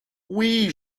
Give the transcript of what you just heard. oui